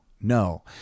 no